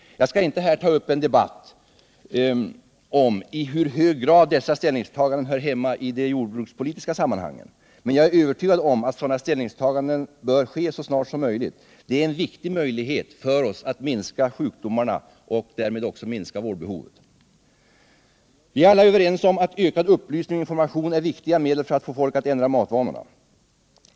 Jag skall inte här ta upp en debatt om hur i hög grad dessa ställningstaganden hör hemma i det jordbrukspolitiska sammanhanget. Men jag är övertygad om att sådana ställningstaganden bör ske så snart som möjligt. Det är en viktig möjlighet att minska sjukdomar och vårdbehov. Vi är alla överens om att ökad upplysning och information är viktiga medel för att få folk att ändra matvanorna.